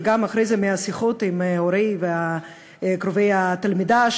ולאחר מכן גם מהשיחות עם הורי וקרובי התלמידה,